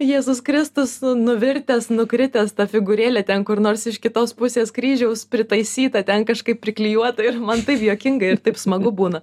jėzus kristus nuvirtęs nukritęs ta figūrėlė ten kur nors iš kitos pusės kryžiaus pritaisyta ten kažkaip priklijuota ir man taip juokinga ir taip smagu būna